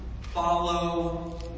follow